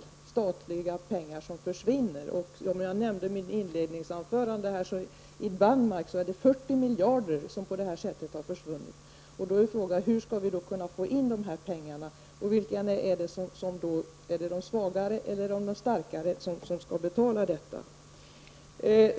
i och med en EG-anslutning. Statliga pengar försvinner. Som jag nämnde i mitt inledningsangöraden har 40 miljarder försvunnit i Danmark på detta sätt. Frågan är hur vi skall kunna få in pengar. Är det de svaga eller de starka som skall betala?